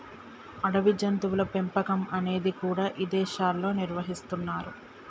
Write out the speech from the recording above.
అడవి జంతువుల పెంపకం అనేది కూడా ఇదేశాల్లో నిర్వహిస్తున్నరు